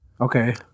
Okay